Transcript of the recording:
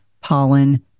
pollen